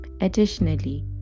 additionally